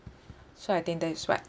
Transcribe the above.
so I think that is what